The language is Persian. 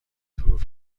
حروف